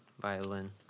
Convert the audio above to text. violin